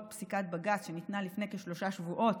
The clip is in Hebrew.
פסיקת בג"ץ שניתנה לפני כשלושה שבועות